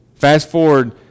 fast-forward